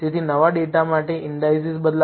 તેથી નવા ડેટા માટે ઈન્ડાઈસિસ બદલાશે